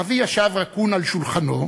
אבי ישב רכון על שולחנו.